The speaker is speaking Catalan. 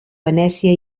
venècia